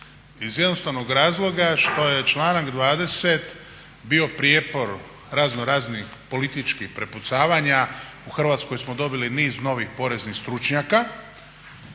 Iz jednostavnog razloga što je članak 20. bio prijepor razno raznih političkih prepucavanja. U Hrvatskoj smo dobili niz novih poreznih stručnjaka.